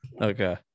Okay